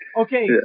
Okay